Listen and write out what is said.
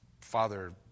father